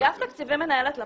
אגף תקציבים מנהל את לפ"ם?